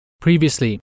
Previously